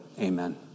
Amen